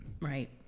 Right